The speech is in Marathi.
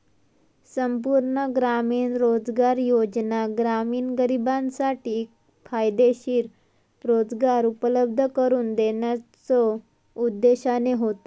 संपूर्ण ग्रामीण रोजगार योजना ग्रामीण गरिबांसाठी फायदेशीर रोजगार उपलब्ध करून देण्याच्यो उद्देशाने होता